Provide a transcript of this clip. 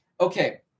Okay